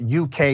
UK